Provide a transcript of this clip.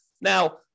Now